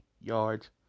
yards